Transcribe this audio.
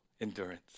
Endurance